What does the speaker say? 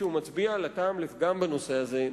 כשהוא מצביע על הטעם לפגם בנושא הזה,